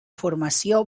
formació